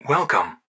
Welcome